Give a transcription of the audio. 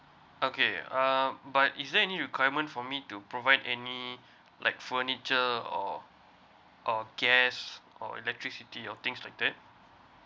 okay um but is there any requirement for me to provide any like furniture or or gas or electricity or things like that